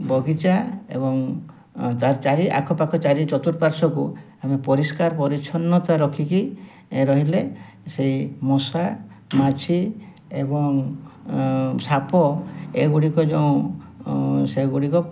ବଗିଚା ଏବଂ ତା'ର ଚାରି ଆଖପାଖ ଚାରି ଚତୁଃପାର୍ଶ୍ଵକୁ ଆମେ ପରିଷ୍କାର ପରିଚ୍ଛନତା ରଖିକି ରହିଲେ ସେଇ ମଶା ମାଛି ଏବଂ ସାପ ଏଗୁଡ଼ିକ ଯେଉଁ ସେଗୁଡ଼ିକ